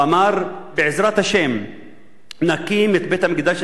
הוא אמר: בעזרת השם נקים את בית-המקדש